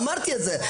אמרתי את זה.